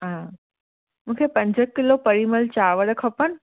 हा मुखे पंज किलो परिमल चावर खपनि